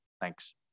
Thanks